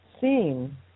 seen